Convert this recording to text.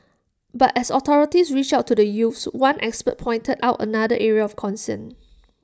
but as authorities reach out to the youths one expert pointed out another area of concern